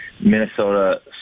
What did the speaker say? Minnesota